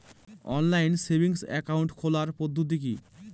Online savings account খোলার পদ্ধতি কি?